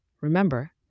Remember